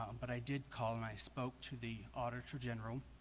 but i did call them. i spoke to the auditor general